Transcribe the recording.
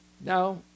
now